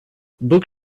book